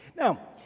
Now